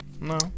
No